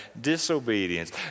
disobedience